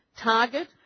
target